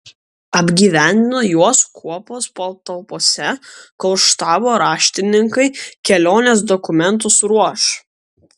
apgyvendino juos kuopos patalpose kol štabo raštininkai kelionės dokumentus ruoš